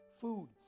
food